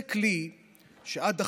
זה כלי שעד עכשיו,